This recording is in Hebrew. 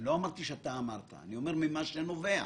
לא אמרתי שאתה אמרת, אני אומר ממה שנובע.